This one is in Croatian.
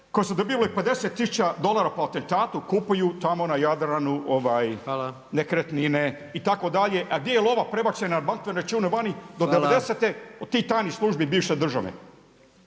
koji su dobivali 50 tisuća dolara po atentatu, kupuju tamo na Jadranu nekretnine, itd.. A gdje je lova prebačena na bankovne račune vani, do 90.-te tih tajnih službi bivše države?